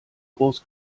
groß